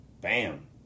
Bam